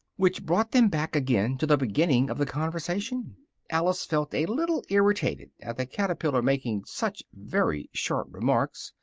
which brought them back again to the beginning of the conversation alice felt a little irritated at the caterpillar making such very short remarks,